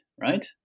right